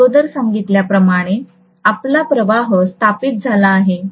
मी अगोदर सांगितल्याप्रमाणे आपला प्रवाह स्थापित झाला आहे